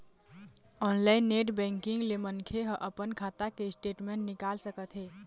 online net banking ले मनखे ह अपन खाता के स्टेटमेंट निकाल सकत हे